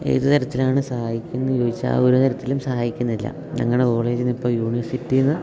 ഏത് തരത്തിലാണ് സഹായിക്കുന്നത് ചോദിച്ചാൽ ഒരു തരത്തിലും സഹായിക്കുന്നില്ല ഞങ്ങളുടെ കോളേജിനിപ്പോൾ യൂണിവേഴ്സിറ്റിയിൽ നിന്ന്